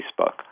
Facebook